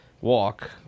walk